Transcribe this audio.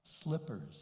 slippers